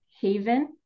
haven